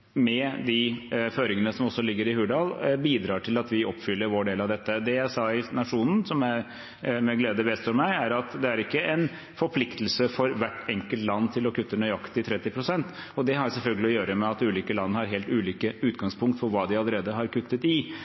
med de føringene som ligger i Hurdalsplattformen, bidrar til at vi oppfyller vår del av dette. Det jeg sa i Nationen, som jeg med glede vedstår meg, er at det er ikke en forpliktelse for hvert enkelt land til å kutte nøyaktig 30 pst. Det har selvfølgelig å gjøre med at ulike land har helt ulike utgangspunkt for hva de allerede har kuttet i.